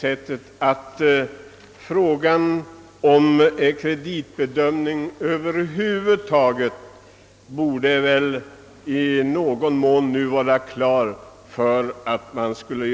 Själv anser jag att frågan om ändrade grunder för kreditbedömningen nu är mogen att tas upp i sin helhet.